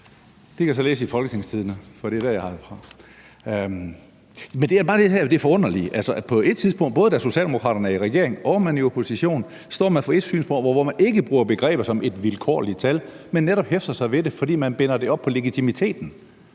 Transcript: Det kan jeg så læse i Folketingstidende, for det er der, jeg har det fra. Men det er bare her, det er forunderligt. Altså, på ét tidspunkt står Socialdemokraterne, både da man er i regering og man er i opposition, for ét synspunkt, og hvor man ikke bruger begreber som »et vilkårligt tal«, men netop hæfter sig ved det, fordi man binder det op på legitimiteten,